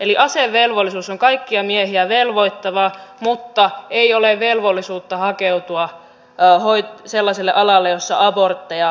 eli asevelvollisuus on kaikkia miehiä velvoittava mutta ei ole velvollisuutta hakeutua sellaiselle alalle jolla abortteja tehdään